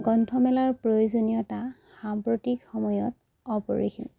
গ্ৰন্থমেলাৰ প্ৰয়োজনীয়তা সাম্প্ৰতিক সময়ত অপৰিসীম